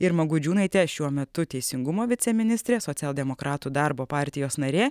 irma gudžiūnaitė šiuo metu teisingumo viceministrė socialdemokratų darbo partijos narė